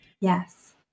yes